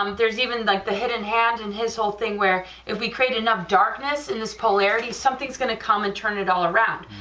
um there's even like the head and the hand and his whole thing where if we create enough darkness in this polarity, something's going to come and turn it all around,